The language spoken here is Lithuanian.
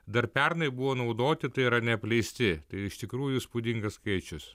dar pernai buvo naudoti tai yra neapleisti tai iš tikrųjų įspūdingas skaičius